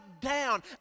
down